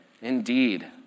Indeed